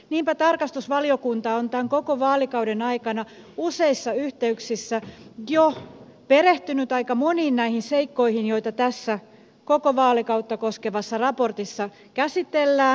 niinpä tarkastusvaliokunta on tämän koko vaalikauden aikana useissa yhteyksissä jo perehtynyt aika moniin näihin seikkoihin joita tässä koko vaalikautta koskevassa raportissa käsitellään